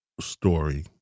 story